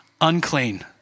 unclean